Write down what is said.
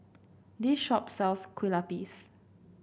this shop sells Kue Lupis